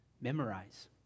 memorize